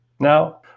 Now